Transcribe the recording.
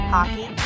Hockey